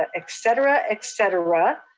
ah et cetera, et cetera.